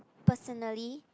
personally